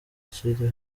kiri